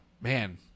man